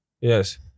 Yes